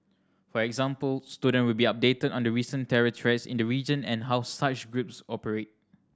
for example student will be updated on the recent terror threats in the region and how such groups operate